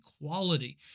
equality